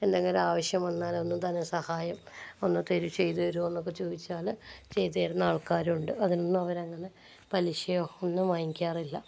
എന്തെങ്കിലും ആവശ്യം വന്നാൽ ഒന്ന് ധനസഹായം ഒന്ന് തരുമോ ഒന്ന് ചെയ്ത് തരുമോ എന്നൊക്കെ ചോദിച്ചാൽ ചെയ്ത് തരുന്ന ആൾക്കാരുണ്ട് അതിനൊന്നും അവരങ്ങനെ പലിശയോ ഒന്നും വാങ്ങിക്കാറില്ല